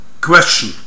Question